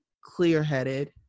clear-headed